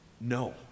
no